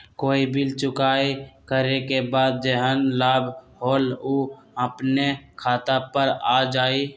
कोई बिल चुकाई करे के बाद जेहन लाभ होल उ अपने खाता पर आ जाई?